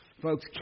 Folks